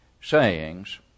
sayings